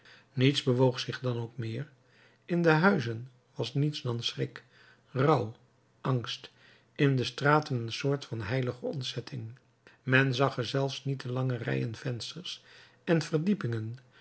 niets bewoog zich dan ook meer in de huizen was niets dan schrik rouw angst in de straten een soort van heilige ontzetting men zag er zelfs niet de lange rijen vensters en verdiepingen